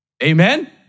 Amen